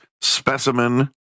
specimen